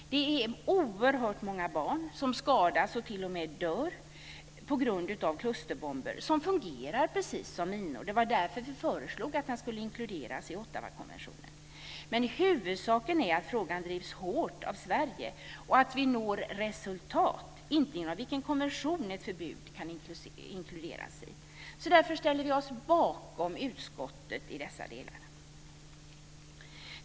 Det är oerhört många barn som skadas och t.o.m. dör på grund av klusterbomber som fungerar precis som minor. Det var därför vi föreslog att frågan skulle inkluderas i Ottawakonventionen. Men huvudsaken är att frågan drivs hårt av Sverige och att vi når resultat, inte inom vilken konvention ett förbud kan inkluderas i. Därför ställer vi oss bakom utskottet i dessa delar.